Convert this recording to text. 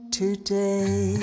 today